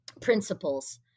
principles